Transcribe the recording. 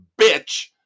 bitch